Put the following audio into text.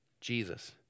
Jesus